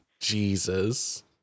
Jesus